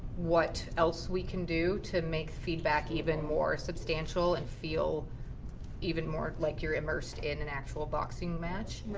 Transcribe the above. what else we can do to make feedback even more substantial, and feel even more like you're immersed in an actual boxing match. right.